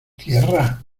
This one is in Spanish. tierra